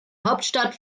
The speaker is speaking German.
hauptstadt